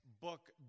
book